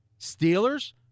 Steelers